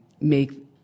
make